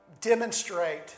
demonstrate